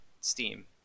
Steam